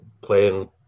playing